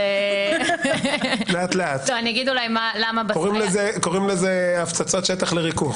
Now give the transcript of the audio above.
אני אחזור על המשפט הקבוע.